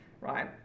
right